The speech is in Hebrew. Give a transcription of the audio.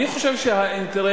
אני חושב שהאינטרס,